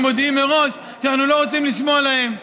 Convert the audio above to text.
מודיעים מראש שאנחנו לא רוצים לשמוע להם.